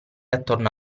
attorno